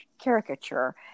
caricature